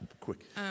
Quick